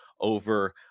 over